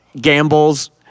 Gamble's